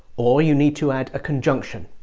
or you need to add a conjunction.